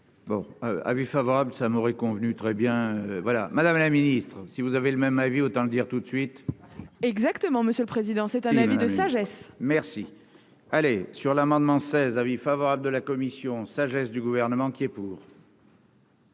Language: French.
Bon avis favorable, ça m'aurait convenu très bien voilà madame la ministre, si vous avez le même avis, autant le dire tout de suite. Exactement, monsieur le président, c'est un avis de sagesse. Merci, allez sur l'amendement 16 avis favorable de la commission sagesse du gouvernement qui est pour.